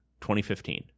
2015